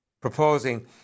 Proposing